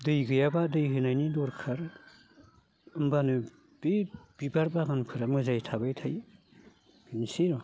दै गैयाबा दै होनायनि दरखार होनबानो बि बिबार बागानफोरा मोजाङै थाबाय थायो बेनोसै अ